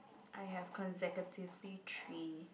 I have consecutively three